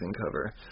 cover